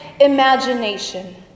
imagination